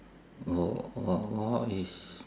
orh orh all is